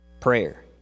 prayer